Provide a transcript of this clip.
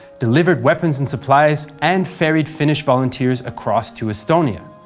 delivered weapons and supplies and ferried finnish volunteers across to estonia.